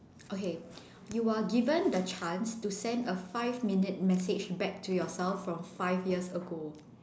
okay you are given the chance to send a five minute message back to yourself from five years ago